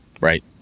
right